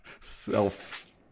self